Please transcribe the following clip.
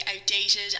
outdated